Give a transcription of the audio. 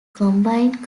combined